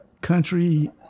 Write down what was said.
country